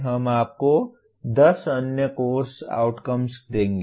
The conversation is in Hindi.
हम आपको 10 अन्य कोर्स आउटकम्स देंगे